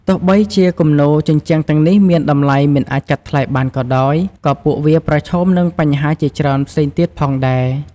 ទោះបីជាគំនូរជញ្ជាំងទាំងនេះមានតម្លៃមិនអាចកាត់ថ្លៃបានក៏ដោយ ក៏ពួកវាប្រឈមមុខនឹងបញ្ហាជាច្រើនផ្សេងទៀតផងដែរ។